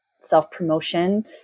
self-promotion